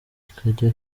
ikajya